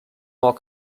more